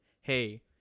hey